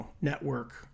network